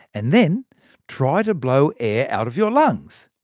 and then try to blow air out of your lungs.